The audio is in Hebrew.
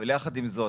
יחד עם זאת,